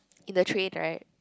in the train right